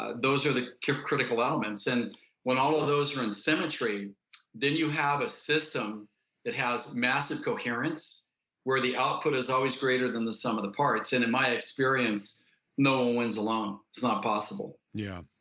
ah those are the critical elements. and when all of those are in symmetry then you have a system that has massive coherence where the output is always greater than the sum of the parts. and in my experience no one wins alone. it's not possible yeah.